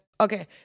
okay